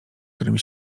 którymi